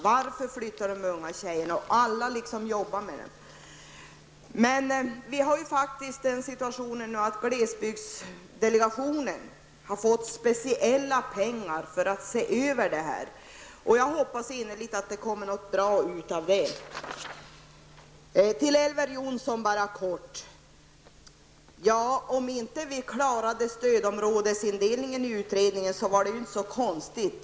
Varför flyttar de unga tjejerna? Alla jobbar med detta nu. Faktum är att glesbygdsdelegationen har fått speciella pengar för att undersöka den saken, och jag hoppas innerligt att det kommer något bra ut av det. Till Elver Jonsson bara kort: Om inte vi klarade stödområdesindelningen i utredningen, så var det ju inte så konstigt.